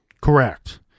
Correct